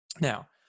Now